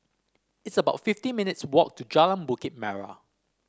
it's about fifty minutes' walk to Jalan Bukit Merah